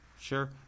Sure